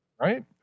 right